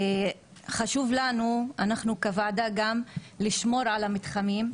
חשוב לנו כוועדה גם לשמור על המתחמים,